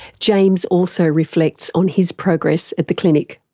james also reflects on his progress at the clinic.